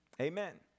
Amen